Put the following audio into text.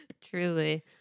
Truly